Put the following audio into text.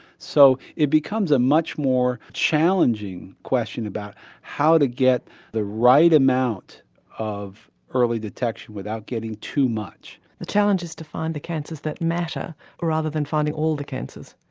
so it becomes a much more challenging question about how to get the right amount of early detection without getting too much. the challenge is to find the cancers that matter rather than finding all the cancers.